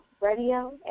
Radio